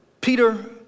Peter